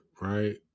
right